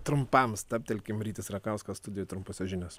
trumpam stabtelkim rytis rakauskas studijoj trumposios žinios